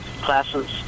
classes